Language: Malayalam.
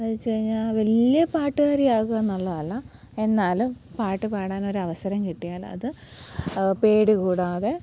എന്ന് വെച്ച് കഴിഞ്ഞാൽ വലിയ പാട്ടുകാരി ആകുക എന്നുള്ളതല്ല എന്നാലും പാട്ട് പാടാൻ ഒരു അവസരം കിട്ടിയാൽ അത് പേടി കൂടാതെ